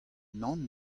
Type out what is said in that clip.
nann